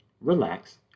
relax